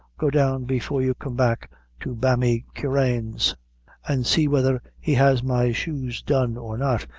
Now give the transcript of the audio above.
go down before you come back to bamy keeran's an' see whether he has my shoes done or not,